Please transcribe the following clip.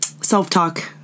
self-talk